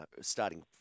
starting